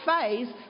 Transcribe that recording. phase